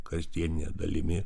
kasdiene dalimi